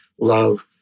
love